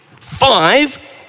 Five